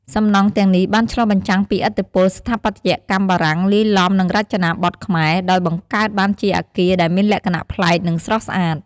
សំណង់ទាំងនេះបានឆ្លុះបញ្ចាំងពីឥទ្ធិពលស្ថាបត្យកម្មបារាំងលាយឡំនឹងរចនាបថខ្មែរ ដោយបង្កើតបានជាអគារដែលមានលក្ខណៈប្លែក និងស្រស់ស្អាត។